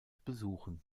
besuchen